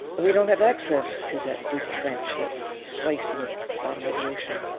we don't have access to that deep trench, that slice in the bottom of the ocean.